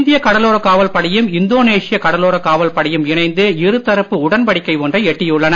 இந்திய கடலோரக் காவல் படையும் இந்தோனேஷிய கடலோரக் காவல் படையும் இணைந்து இருதரப்பு உடன்படிக்கை ஒன்றை எட்டியுள்ளன